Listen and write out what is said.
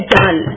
done